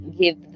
give